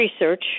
research